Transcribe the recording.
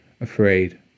afraid